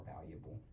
valuable